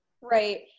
Right